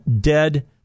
dead